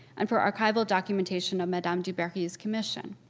and for archival documentation of madame du barry's commission.